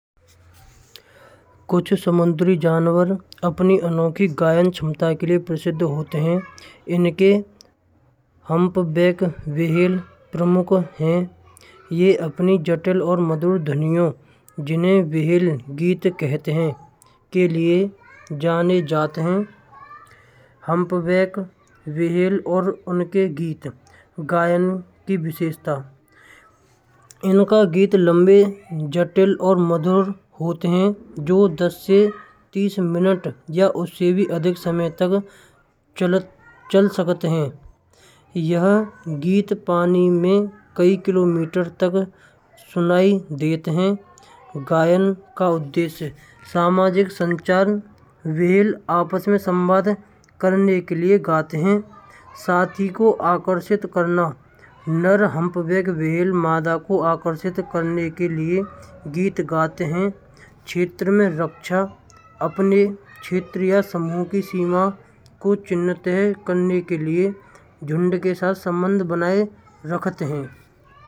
कुछ समुद्री जनावर अपने अनोखी गायण, क्षमा के लिए प्रसिद्ध होते हैं। इनके हम्पर बैक व्हेल प्रमुख हैं। ये अपनी जटिल और मधुर ध्वनियाँ। जिनके व्हील गीत कहते हैं के लिए जाने जात हैं। हम्पबैक व्हेल और उनके गीत। गायन की विशिष्टता इनका गीत लंबे जटिल और मधुर होते हैं। जो दस से तीस मिनट तक या उससे भी अधिक समय तक चल सकते हैं। यह गीत पानी में कई किलोमीटर तक सुनाई देता है। गायन का उद्देश्य सामाजिक संदेश, व्हेल आपस में संचार करने के लिए गाते हैं। साथी को आकर्षित करना: नर हम्पबैक व्हेल मादा को आकर्षित करने के लिए गीत गाते हैं। क्षेत्र में रक्षा अपने रक्षीय क्षेत्रीय समूह की सीमा को चिह्नित करने के लिए झुंड के साथ संबंध बनाए रखते हैं।